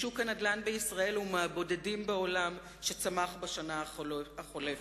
שוק הנדל"ן בישראל הוא מהבודדים בעולם שצמח בשנה החולפת.